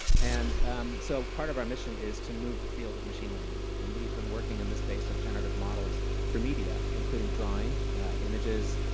and um so part of our mission is to move the field of machine learning, and we've been working in this space of generative models for media, including drawing images,